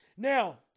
Now